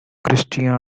cristiano